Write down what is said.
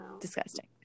disgusting